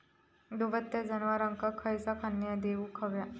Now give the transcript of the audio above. दुभत्या जनावरांका खयचा खाद्य देऊक व्हया?